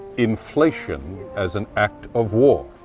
inflation as an act of war,